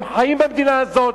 והם חיים במדינה הזאת,